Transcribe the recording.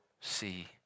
see